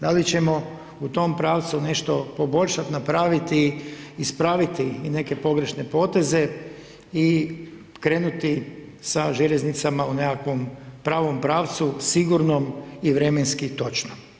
Da li ćemo u tom pravcu nešto poboljšati, napraviti, ispraviti i neke pogrešne poteze i krenuti sa željeznicama u nekakvom pravom pravcu sigurno i vremenski točno.